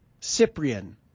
Cyprian